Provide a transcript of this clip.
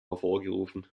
hervorgerufen